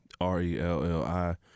R-E-L-L-I